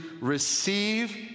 receive